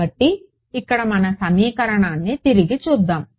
కాబట్టి ఇక్కడ మన సమీకరణాన్ని తిరిగి చూద్దాం